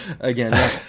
again